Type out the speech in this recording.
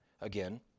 again